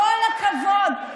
כל הכבוד,